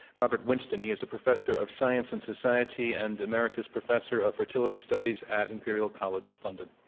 robert winston. he is a professor of science and society and emeritus professor of fertility studies at imperial college london.